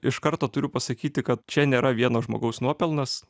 iš karto turiu pasakyti kad čia nėra vieno žmogaus nuopelnas